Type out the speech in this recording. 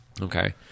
okay